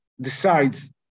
decides